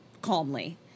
calmly